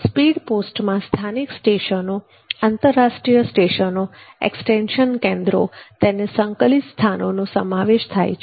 speed પોસ્ટમાં સ્થાનિક સ્ટેશનો આંતરરાષ્ટ્રીય સ્ટેશનો એક્સ્ટેંશન કેન્દ્રો અને તેને સંકલિત સ્થાનોનો સમાવેશ થાય છે